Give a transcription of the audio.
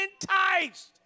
enticed